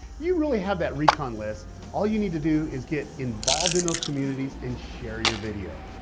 you really have that recon list. all you need to do is get involved in those communities and share your video.